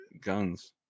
guns